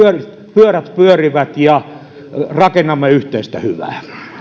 pyörät pyörivät ja rakennamme yhteistä hyvää